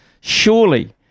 surely